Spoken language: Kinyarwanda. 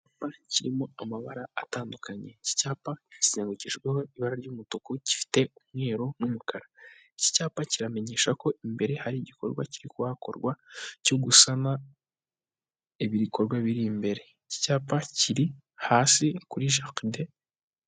Icyapa kirimo amabara atandukanye. Iki cyapa kizengurukijweho ibara ry'umutuku gifite umweru n'umukara, iki cyapa kiramenyesha ko imbere hari igikorwa kiri kuhakorwa cyo gusana ibikorwa biri imbere, iki cyapa kiri hasi kuri jaride.